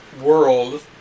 world